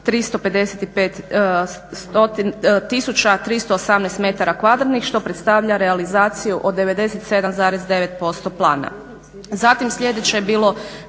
kvadratnih što predstavlja realizaciju od 97,9% plana.